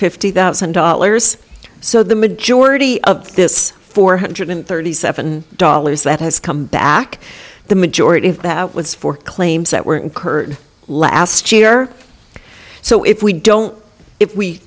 fifty thousand dollars so the majority of this four hundred and thirty seven dollars that has come back the majority of that was for claims that were incurred last year so if we don't if we